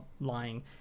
lying